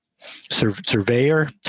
surveyor